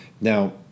Now